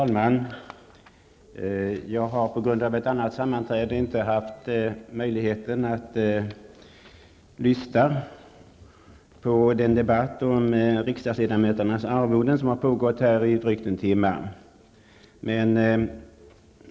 Herr talman! På grund av ett annat sammanträde har jag inte haft möjlighet att lyssna till den debatt om riksdagsledamöternas arvoden som har pågått här i drygt en timme.